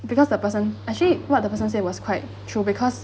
because the person actually what the person said was quite true because